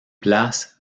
place